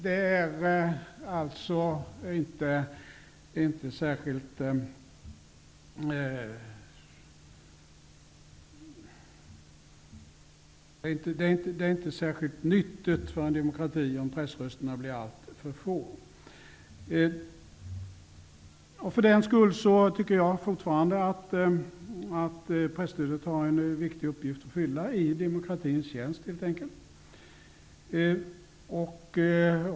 Det är inte särskilt nyttigt för en demokrati om pressrösterna blir alltför få. Jag tycker fortfarande att presstödet har en viktig uppgift att fylla i demokratins tjänst.